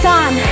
on